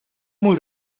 muy